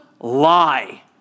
lie